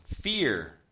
Fear